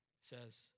says